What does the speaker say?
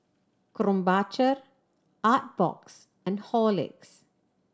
Krombacher Artbox and Horlicks